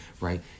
right